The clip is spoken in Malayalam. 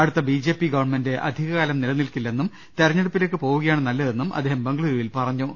അടുത്ത ബി ജെ പി ഗവൺമെന്റ് അധിക കാലം നിലനിൽക്കില്ലെന്നും തെര ഞ്ഞെടുപ്പിലേക്ക് പോവുകയാണ് നല്പതെന്നും അദ്ദേഹം ബംഗളുരുവിൽ പറ ഞ്ഞു